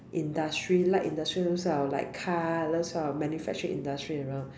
industry light industry those kind of like car those kind of manufacturing industry around